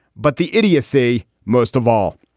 but the idiocy most of all.